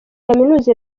kaminuza